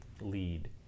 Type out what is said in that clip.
lead